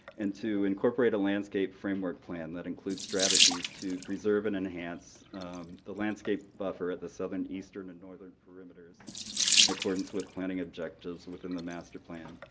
and, two, incorporate a landscape framework plan that includes strategies to preserve and enhance the landscape buffer at the southern, eastern, and northern perimeters in accordance with planning objectives within the master plan,